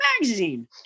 magazine